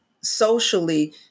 socially